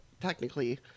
technically